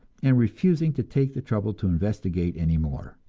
and refusing to take the trouble to investigate any more.